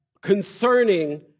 concerning